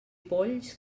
polls